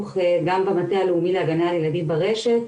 גם במטה הלאומי להגנה על ילדים ברשת.